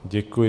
Děkuji.